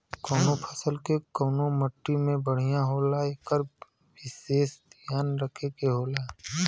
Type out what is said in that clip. कउनो फसल के कउने मट्टी में बढ़िया होला एकर विसेस धियान रखे के होला